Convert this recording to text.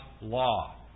law